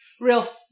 real